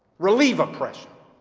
relieve oppression.